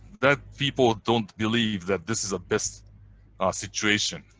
that people don't believe that this is a best ah situation,